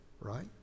right